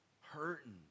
hurting